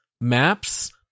maps